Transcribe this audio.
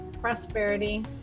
prosperity